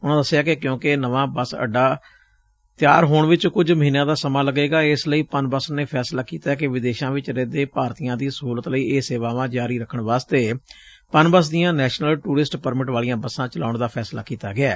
ਉਨਾਂ ਦਸਿਐ ਕਿ ਕਿਉਂਕਿ ਨਵਾਂ ਬੱਸ ਅੱਡਾ ਤਿਆਰ ਹੋਣ ਵਿਚ ਕੁਝ ਮਹੀਨਿਆਂ ਦਾ ਸਮਾਂ ਲੱਗੇਗਾ ਇਸ ਲਈ ਪਨਬਸ ਨੇ ਫੈਸਲਾ ਕੀਤੈ ਕਿ ਵਿਦੇਸ਼ਾ ਚ ਰਹਿੰਦੇ ਭਾਰਤੀਆਂ ਦੀ ਸਹੁਲਤ ਇਹ ਸੇਵਾਵਾਂ ਜਾਰੀ ਰੱਖਣ ਵਾਸਤੇ ਪਨਬਸ ਦੀਆ ਨੈਸ਼ਨਲ ਟੂਰਿਸਟ ਪਰਮਿਟ ਵਾਲੀਆ ਬੱਸਾ ਚਲਾਉਣ ਦਾ ਫੈਸਲਾ ਕੀਤਾ ਗਿਐ